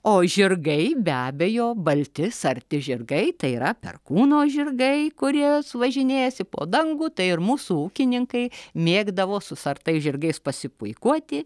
o žirgai be abejo balti sarti žirgai tai yra perkūno žirgai kurie važinėjasi po dangų tai ir mūsų ūkininkai mėgdavo su sartais žirgais pasipuikuoti